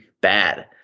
bad